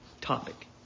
topic